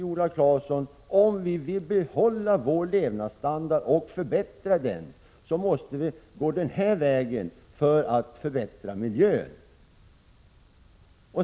Om vi vill behålla vår levnadsstandard och förbättra den måste vi, Viola Claesson, gå den vägen och förbättra miljön.